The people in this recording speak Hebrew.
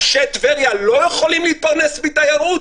אנשי טבריה לא יכולים להתפרנס מתיירות?